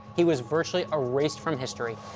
he was virtually erased from history.